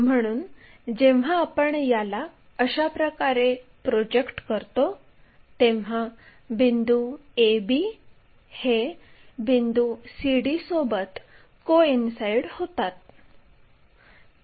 म्हणून जेव्हा आपण याला अशा प्रकारे प्रोजेक्ट करतो तेव्हा बिंदू A B हे बिंदू C D सोबत कोईनसाईड होतात